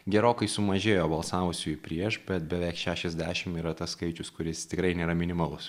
gerokai sumažėjo balsavusiųjų prieš bet beveik šešiasdešimt yra tas skaičius kuris tikrai nėra minimalus